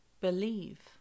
believe